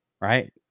Right